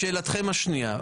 לשאלתכם השנייה,